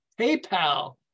PayPal